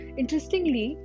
interestingly